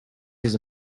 his